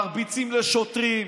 מרביצים לשוטרים.